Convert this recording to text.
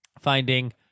finding